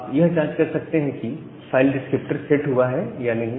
आप यह जांच कर सकते हैं कि फाइल डिस्क्रिप्टर सेट हुआ है या नहीं